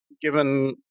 Given